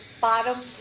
bottom